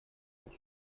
pour